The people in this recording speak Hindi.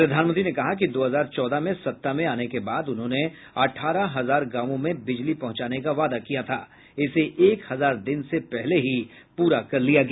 प्रधानमंत्री ने कहा कि दो हजार चौदह में सत्ता में आने के बाद उन्होंने अठारह हजार गांवों में बिजली पहुंचाने का वादा किया था इसे एक हजार दिन से पहले ही पूरा कर लिया गया